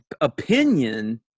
opinion